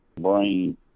brain